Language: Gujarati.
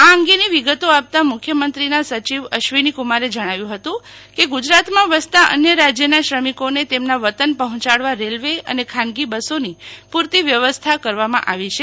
આ અંગેની વિગતો આપતા મુખ્યમંત્રીના સચિવ અશ્વિની કુમારે જણાવ્યું હતું કે ગુજરાતમાં વસતા અન્ય રાજ્યના શ્રમિકોને તેમના વતન પહોયાડવા રેલવે અને ખાનગી બસોની પુરતી વ્યવસ્થા કરવામાં આવી છે